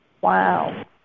Wow